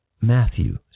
Matthew